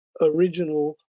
original